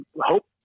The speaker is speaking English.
hope